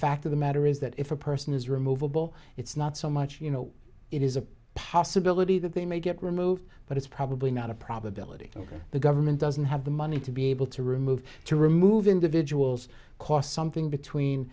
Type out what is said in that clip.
fact of the matter is that if a person is removable it's not so much you know it is a possibility that they may get removed but it's probably not a probability ok the government doesn't have the money to be able to remove to remove individuals cost something between